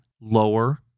Lower